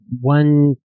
One